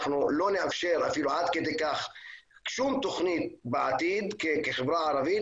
אנחנו לא נאפשר שום תוכנית בעתיד כחברה ערבית